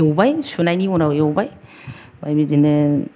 एवबाय सुनायनि उनाव एवबाय ओमफ्राय बिदिनो